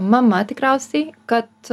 mama tikriausiai kad